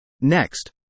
Next